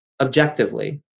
objectively